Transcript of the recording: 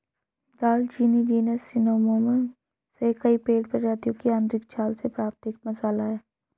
दालचीनी genus Cinnamomum से कई पेड़ प्रजातियों की आंतरिक छाल से प्राप्त एक मसाला है